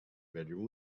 bedroom